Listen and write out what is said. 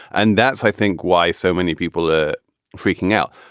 and that's, i think, why so many people are freaking out.